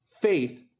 faith